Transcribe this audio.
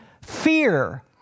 fear